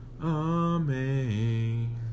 Amen